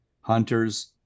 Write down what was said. hunters